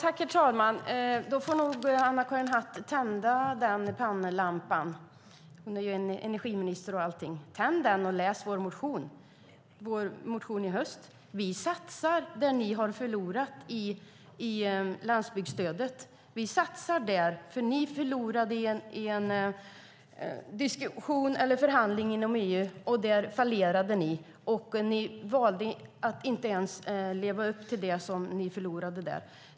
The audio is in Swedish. Fru talman! Då får nog Anna-Karin Hatt tända pannlampan - hon är ju energiminister - och läsa vår motion i höst. Vi satsar där ni har förlorat inom landsbygdsstödet. Ni fallerade i en förhandling i EU, och ni lever inte ens upp till det som ni förlorade där.